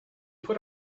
put